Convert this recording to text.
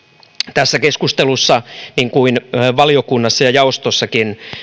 tässä keskustelussa niin kuin valiokunnassa ja jaostossakin